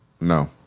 No